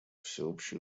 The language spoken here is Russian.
всеобщие